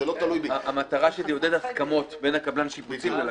המטרה לעודד הסכמות בין קבלן השיפוצים ללקוח.